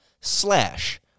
slash